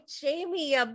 Jamie